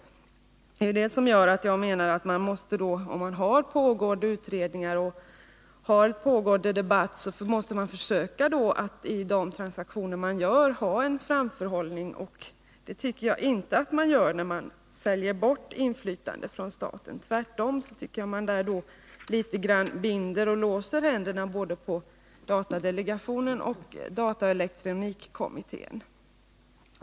Därför måste man, om utredningar pågår och debatt förs, försöka att i sina transaktioner ha en framförhållning. Men så tycker jag inte är faliet när man säljer bort inflytande från staten — tvärtom. I stället binder och låser man händerna i viss utsträckning både på datadelegationen och på dataelektronikkommittén.